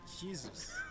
Jesus